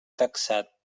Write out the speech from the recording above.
taxat